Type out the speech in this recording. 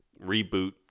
reboot